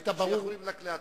שיכולים רק להתסיס?